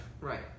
Right